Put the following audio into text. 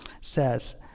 says